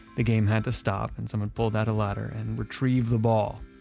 the game had to stop and someone pulled out a ladder and retrieve the ball.